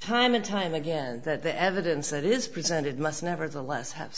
time and time again that the evidence that is presented must never the less have